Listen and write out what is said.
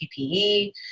PPE